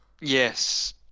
Yes